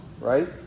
right